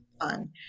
fun